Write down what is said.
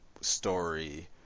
story